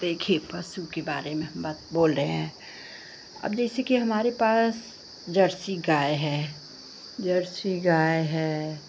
देखिए पशु के बारे में हम बात बोल रहे हैं अब जैसे कि हमारे पास जर्सी गाई है जर्सी गाय है